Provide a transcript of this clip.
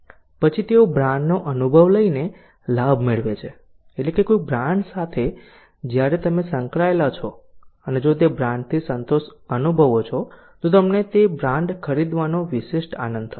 પછી તેઓ બ્રાન્ડ નો અનુભવ લઈ ને લાભ મેળવે છે એટલે કે કોઈ બ્રાન્ડ સાથે જ્યારે તમે સંકળાયેલા છો અને જો તે બ્રાન્ડ થી સંતોષ અનુભવો છો તો તમને તે બ્રાન્ડ ખરીદવાનો વિશિષ્ટ આનંદ થશે